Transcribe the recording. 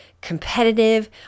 competitive